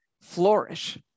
flourish